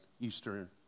Eastern